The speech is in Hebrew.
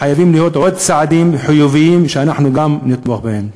חייבים להיות עוד צעדים חיוביים שאנחנו נתמוך גם בהם.